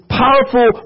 powerful